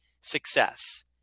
success